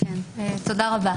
תודה רבה.